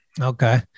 Okay